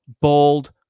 bold